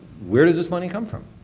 where does this money come from?